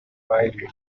vitae